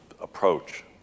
approach